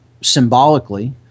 symbolically